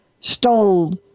stole